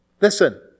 Listen